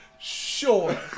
Sure